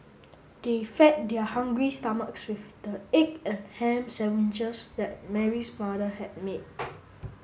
they fed their hungry stomachs with the egg and ham sandwiches that Mary's mother had made